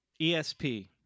ESP